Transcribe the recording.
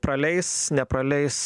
praleis nepraleis